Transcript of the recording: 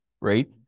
Right